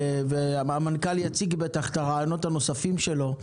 והמנכ"ל בטח יציג את הרעיונות הנוספים שלו.